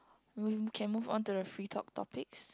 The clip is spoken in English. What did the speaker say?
we can move on to the free talk topics